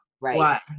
right